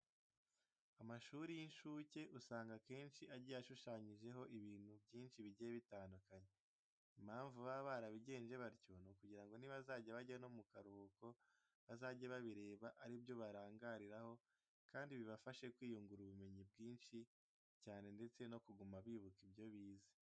Amashuri y'incuke usanga akenshi agiye ashushanyijeho ibintu byinshi bigiye bitandukanye. Impamvu baba barabigenje batyo ni ukugira ngo nibazajya bajya no mu karuhuko bazajye babireba abe ari byo barangariraho kandi bibafashe kwiyungura ubumenyi bwinshi cyane ndetse no kuguma bibuka ibyo bize.